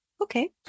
Okay